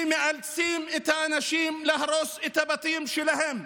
ומאלצים את האנשים להרוס את הבתים שלהם,